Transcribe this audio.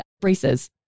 braces